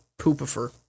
Poopifer